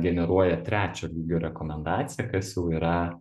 generuoja trečio lygio rekomendaciją kas jau yra